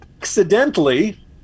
accidentally